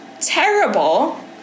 terrible